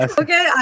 okay